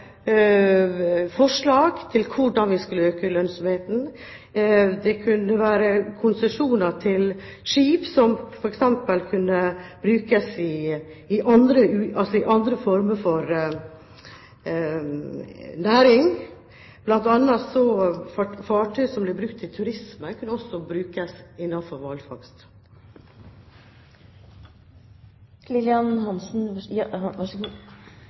forslag til hvordan vi skulle øke lønnsomheten. Det kunne være konsesjoner til skip som f.eks. kunne brukes i andre former for næring, bl.a. fartøy som ble brukt til turisme, kunne også brukes